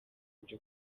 byo